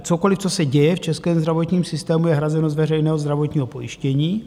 Cokoliv, co se děje v českém zdravotním systému, je hrazeno z veřejného zdravotního pojištění.